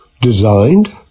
designed